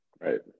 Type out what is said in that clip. Right